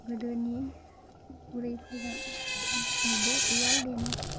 गोदोनि बुरैफोरा गासिबो उवाल देनो